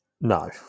No